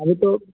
अरे तो